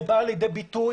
זה בא לידי ביטוי,